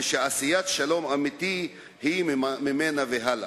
ועשיית שלום אמיתי היא ממנה והלאה.